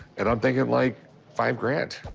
and i'm thinking like five grand.